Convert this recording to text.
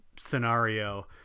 scenario